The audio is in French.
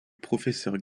professeur